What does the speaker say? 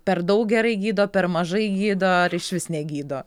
per daug gerai gydo per mažai gydo ar išvis negydo